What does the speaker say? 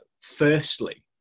firstly